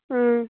ꯎꯝ